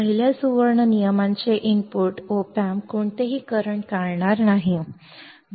पहिल्या सुवर्ण नियमाचे इनपुट ऑप एम्प कोणतेही वर्तमान काढणार नाही